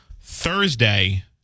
Thursday